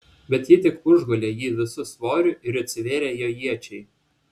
bet ji tik užgulė jį visu svoriu ir atsivėrė jo iečiai